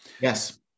yes